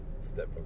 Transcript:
Step